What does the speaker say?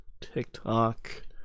TikTok